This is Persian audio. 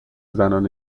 زنان